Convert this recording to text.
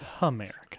america